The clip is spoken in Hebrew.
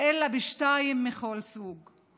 אלא בשתיים מכל סוג: